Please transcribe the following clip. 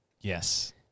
Yes